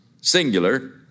singular